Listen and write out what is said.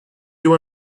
you